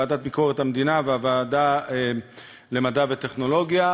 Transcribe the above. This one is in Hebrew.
ועדת ביקורת המדינה והוועדה למדע וטכנולוגיה.